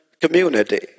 community